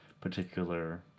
particular